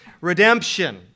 redemption